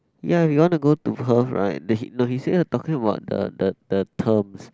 ya you wanna go to Perth right that he no he said here talking about the the the terms